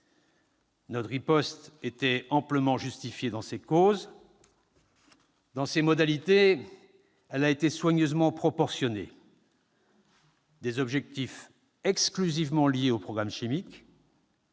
Notre riposte était amplement justifiée dans ses causes. Dans ses modalités, elle a été soigneusement proportionnée : des objectifs exclusivement liés au programme chimique,